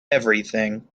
everything